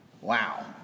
Wow